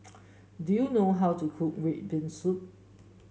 do you know how to cook red bean soup